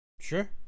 sure